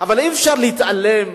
אבל אי-אפשר להתעלם.